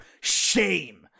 shame